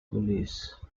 police